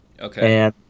Okay